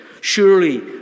surely